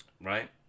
Right